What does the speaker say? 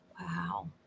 Wow